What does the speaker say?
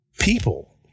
people